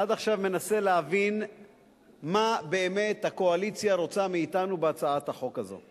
אני עד עכשיו מנסה להבין מה באמת הקואליציה רוצה מאתנו בהצעת החוק הזו.